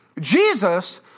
Jesus